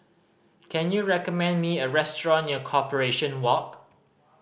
can you recommend me a restaurant near Corporation Walk